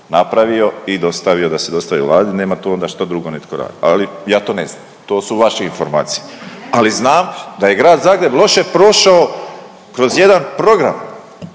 napravio i dostavio da se dostavi Vladi nema tu onda što drugo netko radit. Ali ja to ne znam, to su vaše informacije. Ali znam da je grad Zagreb loše prošao kroz jedan program,